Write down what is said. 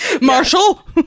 Marshall